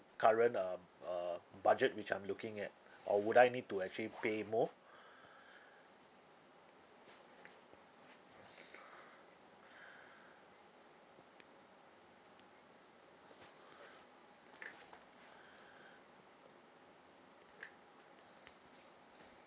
current uh uh budget which I'm looking at or would I need to actually pay more